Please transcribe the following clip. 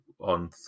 on